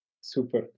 Super